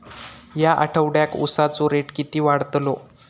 या आठवड्याक उसाचो रेट किती वाढतलो?